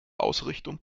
ausrichtung